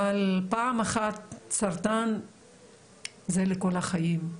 אבל פעם אחת סרטן זה לכל החיים.